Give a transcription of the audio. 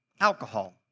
alcohol